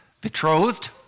betrothed